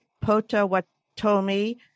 Potawatomi